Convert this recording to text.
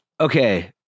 okay